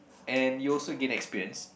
and you also gain experience